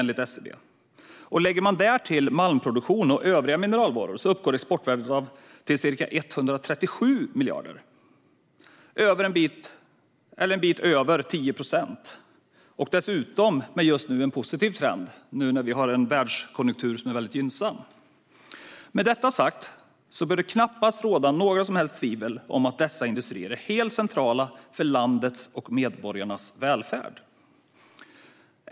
Lägger vi till malmproduktion och övriga mineralvaror uppgick exportvärdet till ca 137 miljarder. Det är en bit över 10 procent av varuexporten, och dessutom är trenden just nu positiv i den gynnsamma världskonjunkturen. Med detta sagt bör det knappast råda några tvivel om att dessa industrier är helt centrala för landets och medborgarnas välfärd.